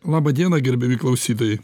laba diena gerbiami klausytojai